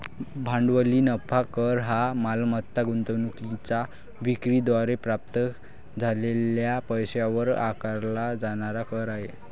भांडवली नफा कर हा मालमत्ता गुंतवणूकीच्या विक्री द्वारे प्राप्त झालेल्या पैशावर आकारला जाणारा कर आहे